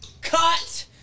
cut